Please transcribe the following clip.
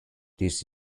this